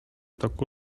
toku